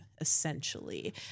essentially